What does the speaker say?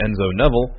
Enzo-Neville